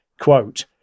quote